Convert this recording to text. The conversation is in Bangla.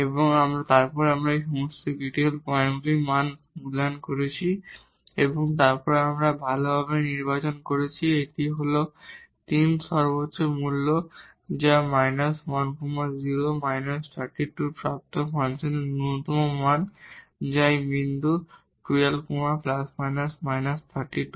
এবং তারপর আমরা এই সমস্ত ক্রিটিকাল পয়েন্টে ফাংশন মান মূল্যায়ন করেছি এবং তারপর আমরা ভালভাবে নির্বাচন করেছি এটি হল 3 ম্যাক্সিমা মূল্য যা −10 −32 এ প্রাপ্ত ফাংশনের মিনিমাম মান যা এই বিন্দু 12 ± 32